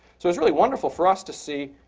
so it was really wonderful for us to see,